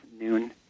noon